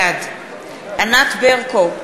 בעד ענת ברקו,